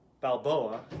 Balboa